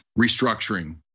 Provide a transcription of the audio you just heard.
restructuring